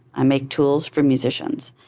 i make tools for musicians,